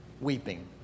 weeping